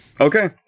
Okay